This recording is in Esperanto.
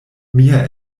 mia